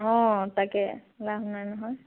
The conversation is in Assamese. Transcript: অঁ তাকে লাভ নাই নহয়